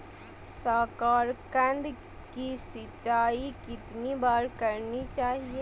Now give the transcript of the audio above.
साकारकंद की सिंचाई कितनी बार करनी चाहिए?